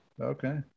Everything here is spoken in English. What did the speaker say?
Okay